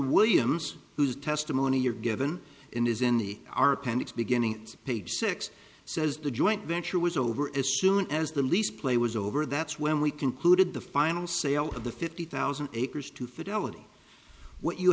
williams whose testimony you're given in is in the our panix beginnings page six says the joint venture was over as soon as the lease play was over that's when we concluded the final sale of the fifty thousand acres to fidelity what you